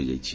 ହୋଇଯାଇଛି